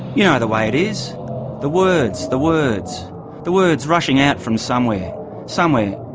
yeah the way it is the words the words the words rushing out from somewhere somewhere,